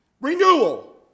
Renewal